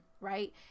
right